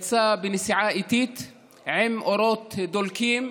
הוא יצא בנסיעה איטית עם אורות דולקים,